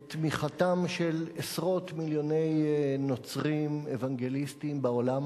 את תמיכתם של עשרות מיליוני נוצרים אוונגליסטים בעולם